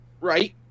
Right